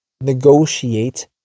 negotiate